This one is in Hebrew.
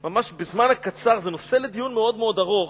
בזמן הקצר שיש אני רוצה, זה נושא לדיון מאוד ארוך,